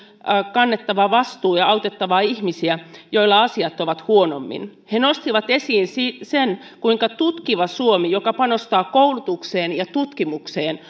kannettava vastuu ja autettava ihmisiä joilla asiat ovat huonommin he nostivat esiin sen kuinka tutkiva suomi joka panostaa koulutukseen ja tutkimukseen